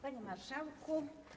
Panie Marszałku!